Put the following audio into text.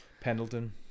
Pendleton